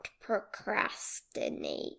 procrastinate